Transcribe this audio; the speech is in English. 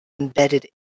embedded